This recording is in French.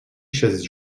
chaises